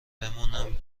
بمونم